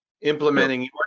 implementing